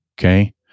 Okay